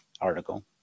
article